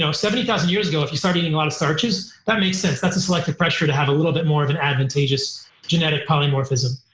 so seventy thousand years ago, if you start eating a lot of starches, that makes sense. that's a selective pressure to have a little bit more of an advantageous genetic polymorphism.